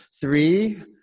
Three